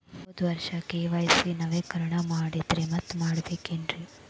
ಹೋದ ವರ್ಷ ಕೆ.ವೈ.ಸಿ ನವೇಕರಣ ಮಾಡೇನ್ರಿ ಮತ್ತ ಮಾಡ್ಬೇಕೇನ್ರಿ?